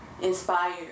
inspired